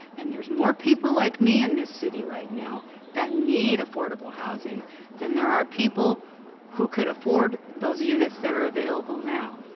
and there's more people like me in this city right now that need affordable housing than there are people who could afford those units that are available now.